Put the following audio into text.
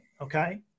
Okay